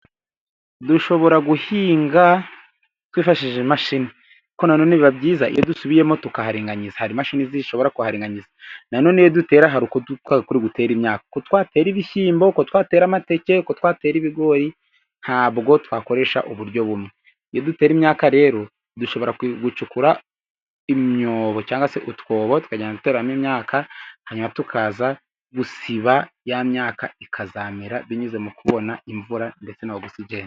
Dushobora guhinga twifashishije imashini, ariko nano biba byiza iyo dusubiyemo tukaharinganyinza, hari imashini zishobora kuharirengangiza na none iyo dutera haruko twatera imyaka, uko twatera ibishyimbo, kuko twatera amateke, uko twatera ibigori ntabwo twakoresha uburyo bumwe, iyo dutera imyaka rero dushobora gucukura imyobo cyangwa se utwobo tukajya duteramo imyaka, hanyuma tukaza gusiba ya myaka ikazamera binyuze mu kubona imvura ndetse na ogisigene.